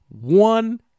one